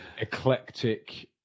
eclectic